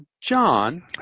John